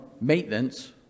maintenance